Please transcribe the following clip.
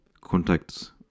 contacts